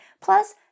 Plus